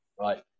right